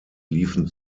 liefen